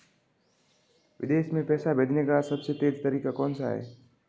विदेश में पैसा भेजने का सबसे तेज़ तरीका कौनसा है?